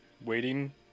waiting